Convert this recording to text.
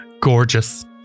Gorgeous